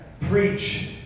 preach